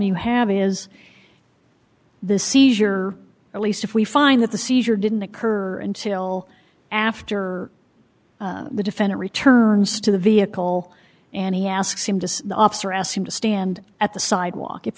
you have is the seizure at least if we find that the seizure didn't occur until after the defendant returns to the vehicle and he asks him to the officer ask him to stand at the sidewalk if